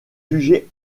jugée